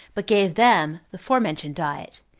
but gave them the forementioned diet,